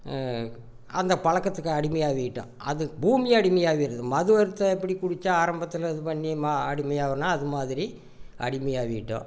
அந்த பழக்கத்துக்கு அடிமையாக ஆகிட்டோம் அது பூமி அடிமை ஆகிருது மது ஒருத்தன் எப்படி குடித்தா ஆரம்பத்தில் இது பண்ணி அடிமையாகிறாேனோ அது மாதிரி அடிமையாக ஆகிட்டோம்